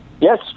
yes